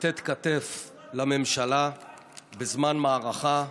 לתת כתף לממשלה בזמן מערכה,